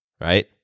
Right